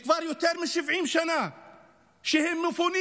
כבר יותר מ-70 שנה הם מפונים